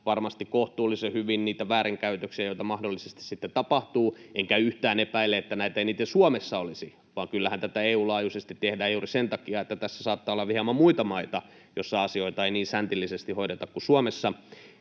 varmasti kohtuullisen hyvin, jos niitä väärinkäytöksiä mahdollisesti sitten tapahtuu — enkä yhtään epäile, että näitä eniten Suomessa olisi, vaan kyllähän tätä EU-laajuisesti tehdään juuri sen takia, että tässä saattaa olla hieman muita maita, joissa asioita ei niin säntillisesti hoideta kuin Suomessa